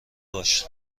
باش